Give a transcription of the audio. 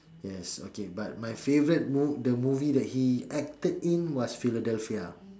yes okay but my favourite the movie that he acted in was Philadelphia